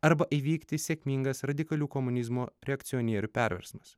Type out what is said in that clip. arba įvykti sėkmingas radikalių komunizmo reakcionierių perversmas